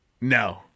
No